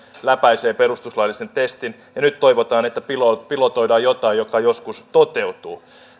läpäisevät perustuslaillisen testin ja nyt toivotaan että pilotoidaan jotain mikä joskus toteutuu